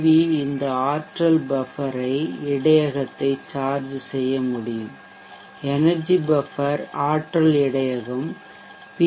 we இந்த ஆற்றல் buffer ஐ இடையகத்தை சார்ஜ் செய்ய முடியும் எனெர்ஜி பஃபர் ஆற்றல் இடையகம் பி